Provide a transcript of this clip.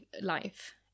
life